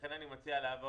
לכן אני מציע לעבור